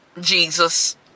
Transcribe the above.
Jesus